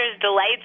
delights